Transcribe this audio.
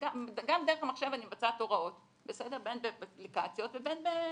וגם דרך המחשב אני מבצעת הוראות בין באפליקציות ובין באתרים,